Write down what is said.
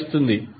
లభిస్తుంది